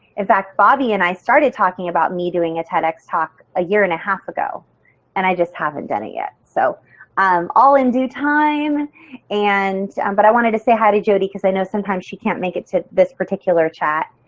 in fact bobbi and i started talking about me doing a ted x talk a year and a half ago and i just haven't done it yet. so um all in due time and and um but i wanted to say hi to jodi because i know sometimes she can't make it to this particular chat.